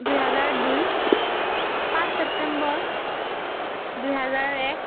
দুই হাজাৰ দুই পাঁচ ছেপ্টেম্বৰ দুই হাজাৰ এক